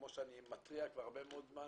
כמו שאני מתריע כבר הרבה מאוד זמן,